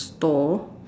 stall